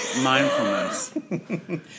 Mindfulness